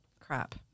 Crap